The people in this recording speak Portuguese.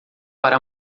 para